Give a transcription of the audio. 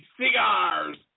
Cigars